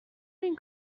این